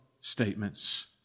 statements